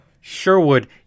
Sherwood